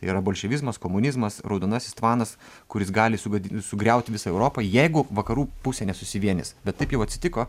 yra bolševizmas komunizmas raudonasis tvanas kuris gali sugad sugriauti visą europą jeigu vakarų pusė nesusivienys bet taip jau atsitiko